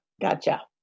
Gotcha